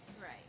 Right